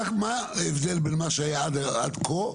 מה ההבדל בין מה שהיה עד כה,